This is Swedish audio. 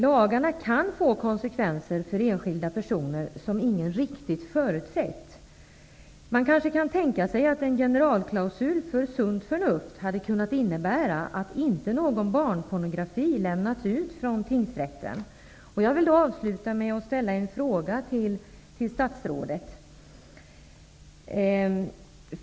Lagarna kan få konsekvenser för enskilda personer som ingen riktigt har förutsett. Man kan tänka sig att en generalklausul om sunt förnuft hade kunnat innebära att det inte hade lämnats ut någon barnpornografi från tingsrätten.